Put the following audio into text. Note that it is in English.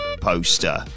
poster